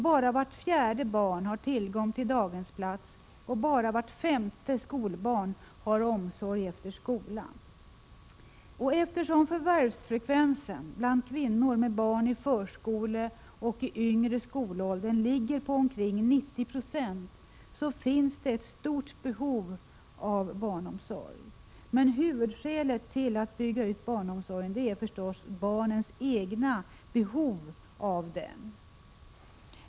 Bara vart fjärde barn har tillgång till daghemsplats, och bara vart femte skolbarn har omsorg efter skolan. Eftersom förvärvsfrekvensen bland kvinnor med barn i förskoleåldern och i yngre skolåldern ligger på omkring 90 96, finns ett stort behov av barnomsorg. Men huvudskälet till utbyggnad av barnomsorgen är förstås barnens egna behov av denna.